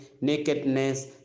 nakedness